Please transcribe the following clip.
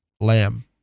lamb